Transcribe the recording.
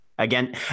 Again